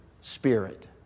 Spirit